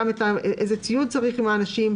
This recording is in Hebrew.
איזה ציוד צריך עם האנשים,